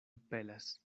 pelas